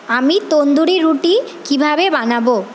আমি তন্দুরি রুটি কীভাবে বানাবো